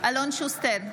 אלון שוסטר,